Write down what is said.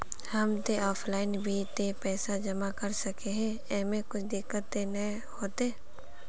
हम ते ऑफलाइन भी ते पैसा जमा कर सके है ऐमे कुछ दिक्कत ते नय न होते?